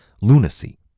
lunacy